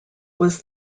was